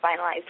finalized